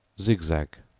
zigzag,